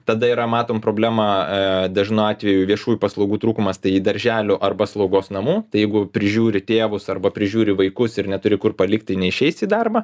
tada yra matom problemą a dažnu atveju viešųjų paslaugų trūkumas tai darželių arba slaugos namų tai jeigu prižiūri tėvus arba prižiūri vaikus ir neturi kur palikti neišeis į darbą